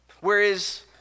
Whereas